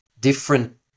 different